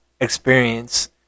experience